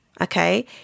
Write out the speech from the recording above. Okay